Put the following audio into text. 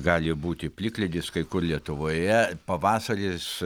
gali būti plikledis kai kur lietuvoje pavasaris